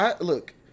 look